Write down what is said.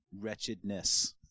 wretchedness